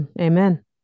Amen